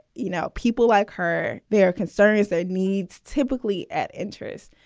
you know, people like her. their concern is that it needs typically at interest.